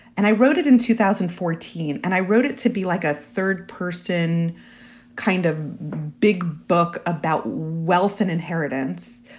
and i wrote it in two thousand and fourteen and i wrote it to be like a third person kind of big book about wealth and inheritance.